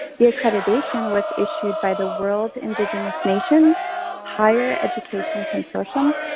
the accreditation was issued by the world indigenous nations higher education consortium.